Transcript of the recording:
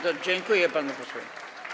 Dziękuję panu posłowi.